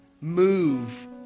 move